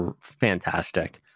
fantastic